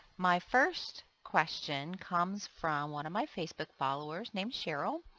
my first question comes from one of my facebook followers named cheryl.